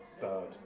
bird